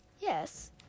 yes